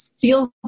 feels